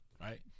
right